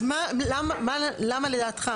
אז למה לדעתך,